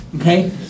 okay